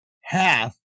half